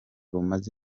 rumaze